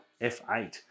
f8